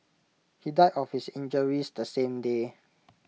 he died of his injuries the same day